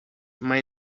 mai